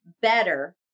better